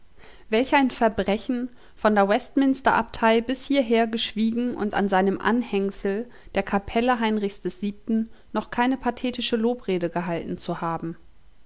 welch ein verbrechen von der westminster abtei bis hierher geschwiegen und seinem anhängsel der kapelle heinrichs vii noch keine pathetische lobrede gehalten zu haben